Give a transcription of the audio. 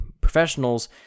professionals